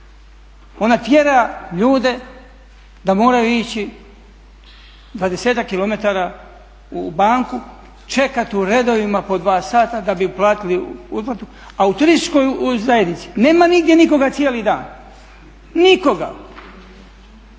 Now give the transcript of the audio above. ona tjera ljude da moraju ići 20km u banku, čekati u redovima po dva sata da bi uplatili uplatu, a u turističkoj zajednici nema nigdje nikoga cijeli dan, nikoga.